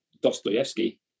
Dostoevsky